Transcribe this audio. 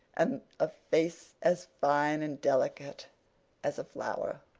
and a face as fine and delicate as a flower.